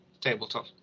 tabletop